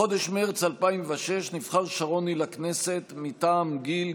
בחודש מרץ 2006 נבחר שרוני לכנסת מטעם גיל,